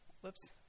whoops